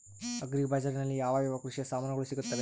Agri ಬಜಾರಿನಲ್ಲಿ ಯಾವ ಯಾವ ಕೃಷಿಯ ಸಾಮಾನುಗಳು ಸಿಗುತ್ತವೆ?